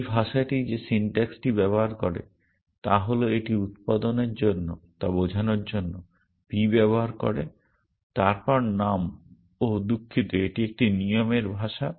এই ভাষাটি যে সিনট্যাক্সটি ব্যবহার করে তা হল এটি উৎপাদনের জন্য তা বোঝানোর জন্য p ব্যবহার করে তারপর নাম ওহ দুঃখিত এটি একটি নিয়মের ভাষা